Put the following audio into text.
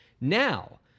Now